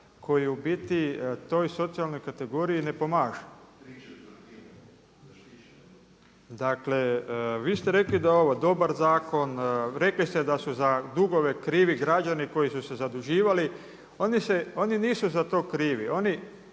koji u biti toj socijalnoj kategoriji ne pomaže. Dakle, vi ste rekli da je ovo dobar zakon, rekli ste da su za dugove krivi građani koji su se zaduživali. Oni nisu za to krivi,